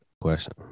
Question